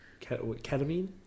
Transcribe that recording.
ketamine